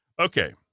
Okay